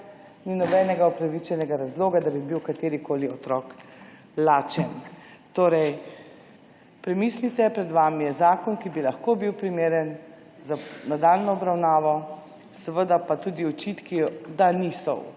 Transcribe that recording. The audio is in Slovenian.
ni nobenega upravičenega razloga, da bi bil katerikoli otrok lačen.« Premislite, pred vami je zakon, ki bi bil lahko primeren za nadaljnjo obravnavo, seveda pa tudi očitki, da z